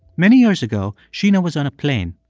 many years ago, sheena was on a plane.